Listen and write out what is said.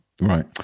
Right